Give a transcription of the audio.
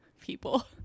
people